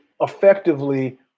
effectively